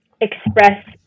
express